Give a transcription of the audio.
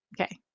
Okay